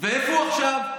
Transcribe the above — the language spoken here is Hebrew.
ואיפה הוא עכשיו?